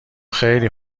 خیلی